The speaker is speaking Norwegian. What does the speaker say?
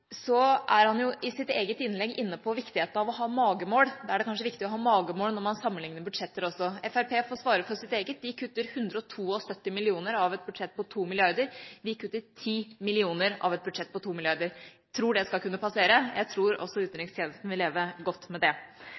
er han jo i sitt eget innlegg inne på viktigheten av å ha magemål. Da er det kanskje viktig å ha magemål også når man sammenligner budsjetter. Fremskrittspartiet får svare for sitt eget. De kutter 172 mill. kr av et budsjett på 2 mrd. kr. Vi kutter 10 mill. kr av et budsjett på 2 mrd. kr. Jeg tror det skal kunne passere. Jeg tror også utenrikstjenesten vil leve godt med det.